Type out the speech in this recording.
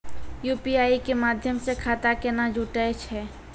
UPI के माध्यम से खाता केना जुटैय छै?